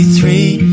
three